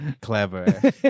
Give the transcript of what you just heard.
clever